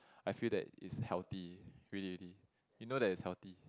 I feel that is healthy really really you know that is healthy